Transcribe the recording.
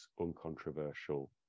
uncontroversial